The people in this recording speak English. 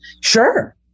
Sure